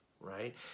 right